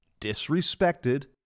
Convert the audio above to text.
disrespected